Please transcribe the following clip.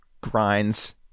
grinds